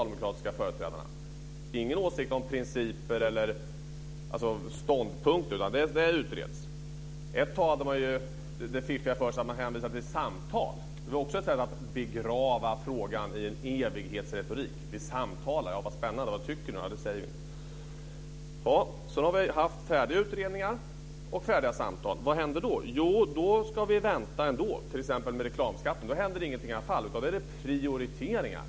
De har inga åsikter om principer och inga ståndpunkter, utan de säger att "detta utreds". Ett tag hade man ju det fiffiga för sig att hänvisa till samtal. Det var också ett sätt att begrava frågan i en evighetsretorik: "Vi samtalar." När vi tyckte att det lät spännande och frågade vad de tyckte svarade man: "Det säger vi inte." Vi har haft färdiga utredningar och färdiga samtal. Vad händer då? Jo, då ska vi vänta ändå. Med t.ex. reklamskatten hände det ingenting, utan då var det fråga om prioriteringar.